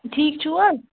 ٹھیٖک چھُو حظ